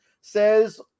says